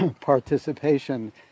participation